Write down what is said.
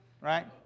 right